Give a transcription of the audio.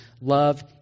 love